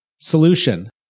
Solution